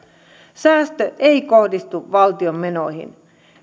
säästö ei kohdistu valtion menoihin